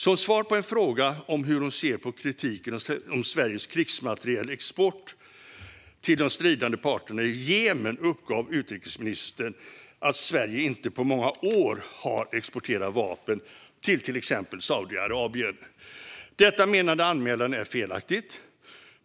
Som svar på en fråga om hur hon såg på kritiken mot Sveriges krigsmaterielexport till de stridande parterna i Jemen uppgav utrikesministern att Sverige inte på många år har exporterat vapen till exempelvis Saudiarabien. Detta menar anmälaren är felaktigt.